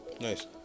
Nice